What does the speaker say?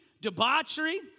Debauchery